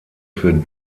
für